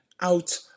out